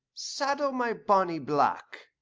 saddle my bonny black.